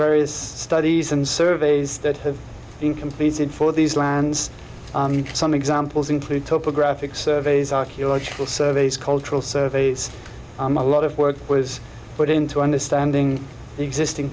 various studies and surveys that have been completed for these lands some examples include topographic surveys archaeological surveys cultural surveys a lot of work was put in to understanding existing